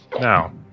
Now